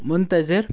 Muntazir